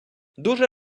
дуже